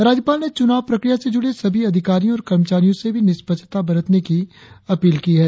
राज्यपाल ने चुनाव प्रक्रिया से जुड़े सभी अधिकारियों और कर्मचारियों से भी निष्पक्षता बरतने की अपील की है